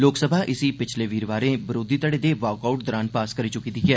लोकसभा इसी पिच्छले वीरवारें विरोधी धड़ें दे वाकआउट दरान पास करी चकी दी ऐ